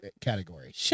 category